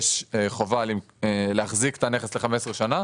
יש חובה להחזיק את הנכס למשך 15 שנה,